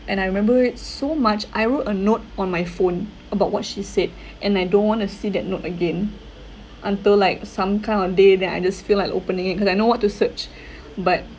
and I remember it so much I wrote a note on my phone about what she said and I don't want to see that note again until like some kind of day then I just feel like opening it cause I know what to search but